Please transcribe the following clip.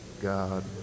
God